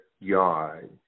yard